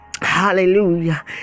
Hallelujah